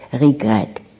regret